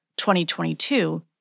2022